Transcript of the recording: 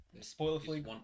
Spoiler-free